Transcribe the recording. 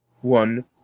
One